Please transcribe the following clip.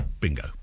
Bingo